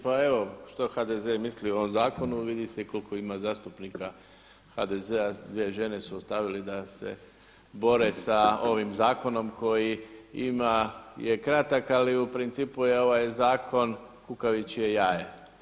Pa evo što HDZ misli o ovom zakonu vidi se i koliko ima zastupnika HDZ-a dvije žene su ostavili da se bore sa ovim zakonom koji ima, je kratak ali u principu je ovaj zakon kukavičje jaje.